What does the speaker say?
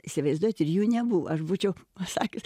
įsivaizduojat ir jų nebuvo aš būčiau pasakius